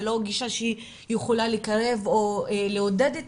זה לא גישה שיכולה לקרב או לעודד את